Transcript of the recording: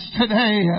today